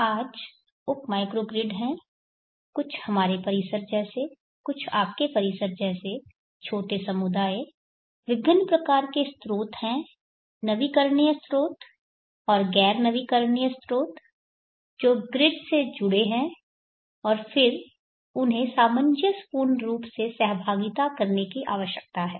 आज उप माइक्रोग्रिड हैं कुछ हमारे परिसर जैसे कुछ आपके परिसर जैसे छोटे समुदाय विभिन्न प्रकार के स्रोत हैं नवीकरणीय स्रोत और गैर नवीकरणीय स्रोत जो ग्रिड से जुड़े हैं और फिर उन्हें सामंजस्यपूर्ण रूप से सहभागिता करने की आवश्यकता है